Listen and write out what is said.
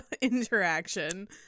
interaction